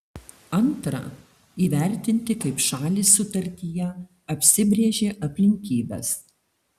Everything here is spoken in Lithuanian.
antra įvertinti kaip šalys sutartyje apsibrėžė aplinkybes